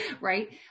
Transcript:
Right